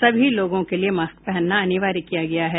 सभी लोगों के लिए मास्क पहनना अनिवार्य किया गया है